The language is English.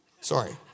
Sorry